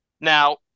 Now